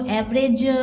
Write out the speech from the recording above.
average